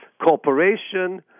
corporation